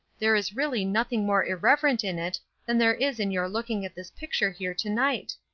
there is really nothing more irreverent in it than there is in your looking at this picture here to-night.